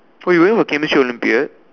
oh you going for Chemistry Olympiad